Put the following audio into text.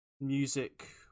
music